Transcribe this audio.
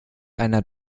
einer